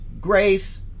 grace